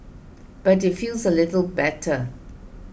but it feels a little better